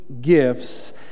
gifts